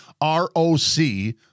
R-O-C